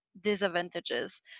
disadvantages